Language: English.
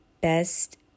best